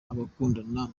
abakundana